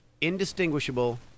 indistinguishable